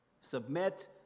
submit